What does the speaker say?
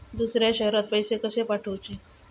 दुसऱ्या शहरात पैसे कसे पाठवूचे?